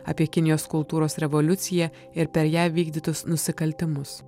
apie kinijos kultūros revoliuciją ir per ją vykdytus nusikaltimus